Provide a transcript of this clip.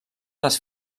les